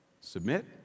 submit